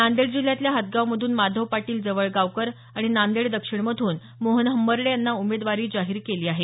नांदेड जिल्ह्यातल्या हदगावमधून माधव पाटील जवळगावकर आणि नांदेड दक्षिणमधून मोहन हंबर्डे यांना उमेदवारी जाहीर केली आहे